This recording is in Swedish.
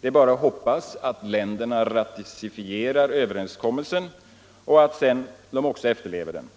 Det är bara att hoppas att länderna ratificerar överenskommelsen och sedan också efterlever den.